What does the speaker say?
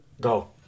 Go